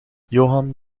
johan